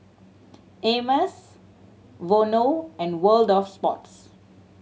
Hermes Vono and World Of Sports